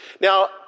Now